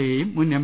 എയെയും മുൻ എം